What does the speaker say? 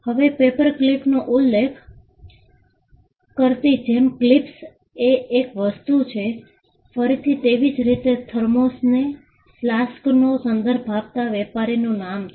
હવે પેપર ક્લિપ્સનો ઉલ્લેખ કરતી જેમ ક્લિપ્સ એ એક વસ્તુ છે ફરીથી તેવી જ રીતે થર્મોસએ ફ્લાસ્કનો સંદર્ભ આપતું વેપારનું નામ છે